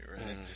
right